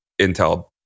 Intel